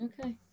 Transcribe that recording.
okay